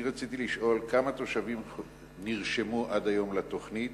אני רציתי לשאול כמה תושבים נרשמו עד היום לתוכנית,